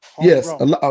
yes